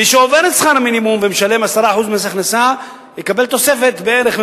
מי שעובר את שכר המינימום ומשלם 10% מס הכנסה יקבל תוספת בערך,